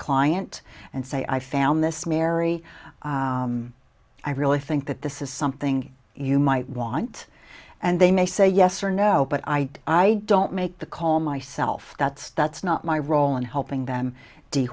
client and say i found this mary i really think that this is something you might want and they may say yes or no but i i don't make the call myself that's that's not my role in helping them t